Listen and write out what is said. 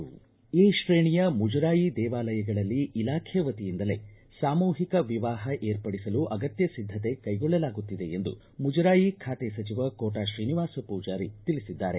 A ತ್ರೇಣಿಯ ಮುಜರಾಯಿ ದೇವಾಲಯಗಳಲ್ಲಿ ಇಲಾಖೆ ವತಿಯಿಂದಲೇ ಸಾಮೂಹಿಕ ವಿವಾಹ ಏರ್ಪಡಿಸಲು ಅಗತ್ಯ ಒದ್ದತೆ ಕೈಗೊಳ್ಳಲಾಗುತ್ತಿದೆ ಎಂದು ಮುಜರಾಯಿ ಖಾತೆ ಸಚಿವ ಕೋಟ ಶ್ರೀನಿವಾಸ ಪೂಜಾರಿ ತಿಳಿಸಿದ್ದಾರೆ